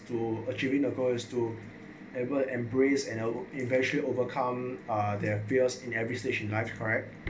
to achieving the goal is to ever embrace and eventually overcome their fears in every stage in life correct